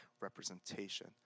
representation